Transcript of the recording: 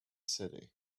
city